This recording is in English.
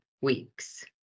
weeks